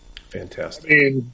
Fantastic